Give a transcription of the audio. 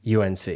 UNC